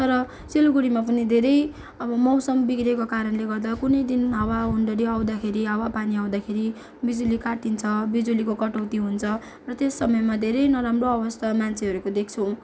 तर सिलगडीमा पनि धेरै अब मौसम बिग्रेको कारणले गर्दा कुनै दिन हावा हुन्डरी आउँदाखेरि हावा पानी आउँदाखेरि बिजुली काटिन्छ बिजुलीको कटौती हुन्छ र त्यस समयमा धेरै नराम्रो अवस्था मान्छेहरूको देख्छौँ